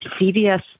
CVS